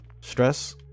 stress